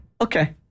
Okay